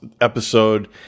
episode